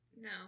No